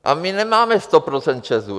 A my nemáme 100 % ČEZu.